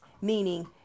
meaning